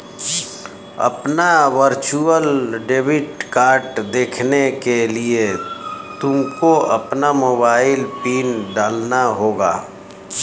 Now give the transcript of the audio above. अपना virtual debit card देखने के लिए तुमको अपना मोबाइल पिन डालना होगा